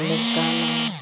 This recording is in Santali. ᱞᱮᱠᱟᱱᱟᱜ